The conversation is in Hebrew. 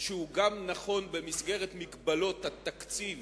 שהוא גם נכון במסגרת מגבלות התקציב